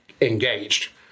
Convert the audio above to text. engaged